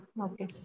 Okay